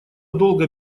долго